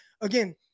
again